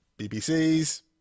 BBC's